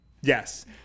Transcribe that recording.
Yes